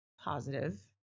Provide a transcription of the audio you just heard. positive